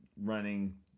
running